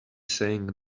saying